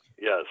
yes